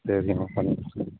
சரிங்கமா பங்க